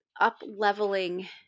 up-leveling